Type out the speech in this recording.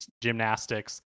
gymnastics